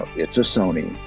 it's a sony,